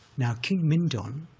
now, king mindon